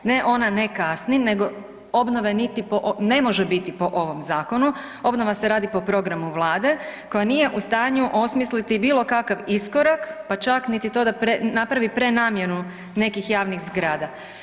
Ne, ona ne kasni nego obnove niti ne može po ovom zakonu, obnova se radi po programu Vlade koja nije u stanju osmisliti bilokakav iskorak pa čak niti to da napravi prenamjenu nekih javnih zgrada.